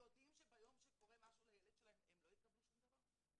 יודעים שביום שקורה משהו לילד שלהם הם לא יקבלו שום דבר?